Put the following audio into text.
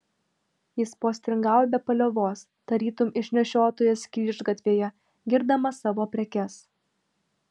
jis postringavo be paliovos tarytum išnešiotojas kryžgatvyje girdamas savo prekes